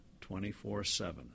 24-7